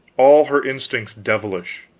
all her instincts devilish.